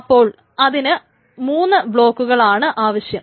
അപ്പോൾ ഇതിന് 3 ബ്ളോക്കുകൾ ആണ് ആവശ്യം